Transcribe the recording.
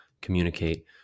communicate